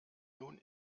nun